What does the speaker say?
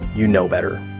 you know better.